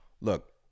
Look